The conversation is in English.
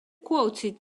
quoted